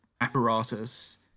apparatus